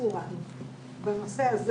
פרופסורה בנושא הזה